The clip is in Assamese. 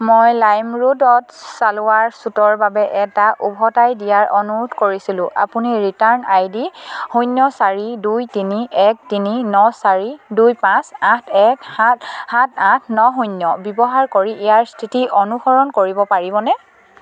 মই লাইমৰোডত ছালৱাৰ ছুটৰ বাবে এটা উভতাই দিয়াৰ অনুৰোধ কৰিছিলোঁ আপুনি ৰিটাৰ্ণ আই ডি শূন্য চাৰি দুই তিনি এক তিনি ন চাৰি দুই পাঁচ আঠ এক সাত সাত আঠ ন শূন্য ব্যৱহাৰ কৰি ইয়াৰ স্থিতি অনুসৰণ কৰিব পাৰিবনে